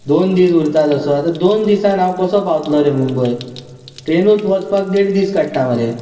दोन दीस उरता तसो आता दोन दिसान हांव कसो पावतलो रे मुंबय ट्रैनूत वचपाक देड दीस काडटा मरे